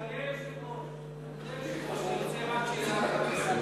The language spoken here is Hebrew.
אדוני היושב-ראש, אני רוצה רק שאלה אחת, ברשותך.